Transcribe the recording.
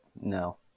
No